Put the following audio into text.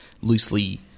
loosely